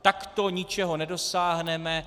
Takto ničeho nedosáhneme.